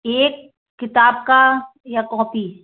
एक किताब का या कौपी